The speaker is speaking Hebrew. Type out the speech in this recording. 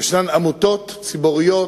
ישנן עמותות ציבוריות